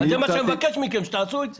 אני מבקש מכם שתעשו את זה.